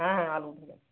হ্যাঁ আলু উঠে গেছে